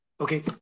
okay